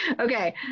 okay